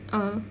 (uh huh)